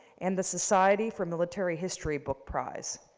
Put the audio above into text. and the society for military history book prize.